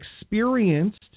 experienced